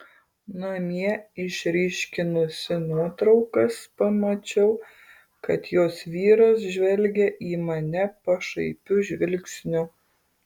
namie išryškinusi nuotraukas pamačiau kad jos vyras žvelgia į mane pašaipiu žvilgsniu